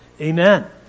amen